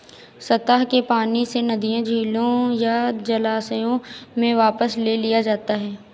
सतह के पानी से नदियों झीलों या जलाशयों से वापस ले लिया जाता है